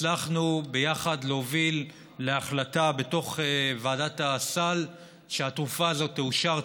הצלחנו ביחד להוביל להחלטה בתוך ועדת הסל שהתרופה הזאת תאושר,